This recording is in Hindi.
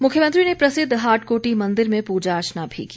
मुख्यमंत्री ने प्रसिद्ध हाटकोटी मंदिर में पूजा अर्चना भी की